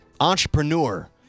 Entrepreneur